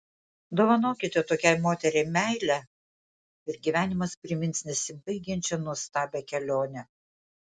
dovanokite tokiai moteriai meilę ir gyvenimas primins nesibaigiančią nuostabią kelionę